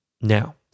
Now